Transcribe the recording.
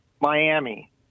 Miami